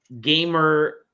gamer